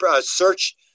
search